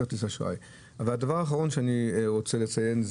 הדבר האחרון שאני רוצה לומר,